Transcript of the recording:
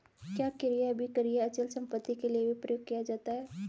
क्या क्रय अभिक्रय अचल संपत्ति के लिये भी प्रयुक्त किया जाता है?